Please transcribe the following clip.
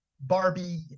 barbie